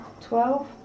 Twelve